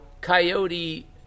Coyote